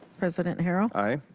president harrell. aye.